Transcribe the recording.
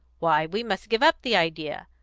why, we must give up the idea.